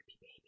baby